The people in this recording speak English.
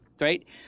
right